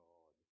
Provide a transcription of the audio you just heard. God